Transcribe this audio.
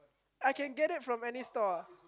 I can get that from any store ah